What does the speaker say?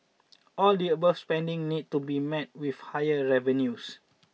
all the above spending need to be met with higher revenues